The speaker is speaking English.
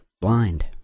blind